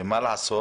ומה לעשות